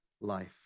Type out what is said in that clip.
life